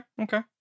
okay